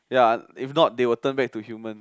ya if not they'll turn back to human